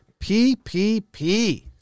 PPP